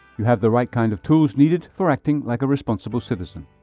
you have the right kind of tools needed for acting like a responsible citizen.